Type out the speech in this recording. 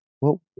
Well-